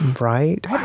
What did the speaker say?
Right